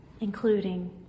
including